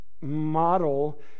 model